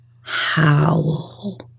howl